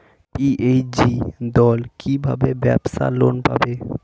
SHG দল কী ভাবে ব্যাবসা লোন পাবে?